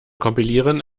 kompilieren